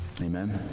Amen